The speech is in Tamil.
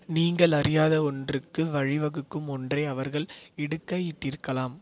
நீங்கள் அறியாத ஒன்றுக்கு வழிவகுக்கும் ஒன்றை அவர்கள் இடுகை இட்டிருக்கலாம்